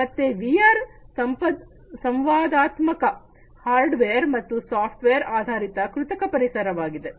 ಮತ್ತೆ ವಿಆರ್ ಸಂವಾದಾತ್ಮಕ ಹಾರ್ಡ್ವೇರ್ ಮತ್ತು ಸಾಫ್ಟ್ವೇರ್ ಆಧಾರಿತ ಕೃತಕ ಪರಿಸರವಾಗಿದೆ